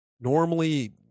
normally